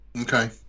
Okay